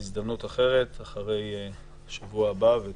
בהזדמנות אחרת אחרי שבוע הבא והלאה.